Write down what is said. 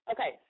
Okay